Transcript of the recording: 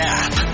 app